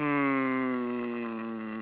hmm